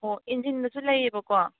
ꯑꯣ ꯏꯟꯖꯤꯟꯗꯁꯨ ꯂꯩꯑꯕꯀꯣ